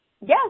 Yes